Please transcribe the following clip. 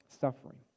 suffering